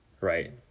Right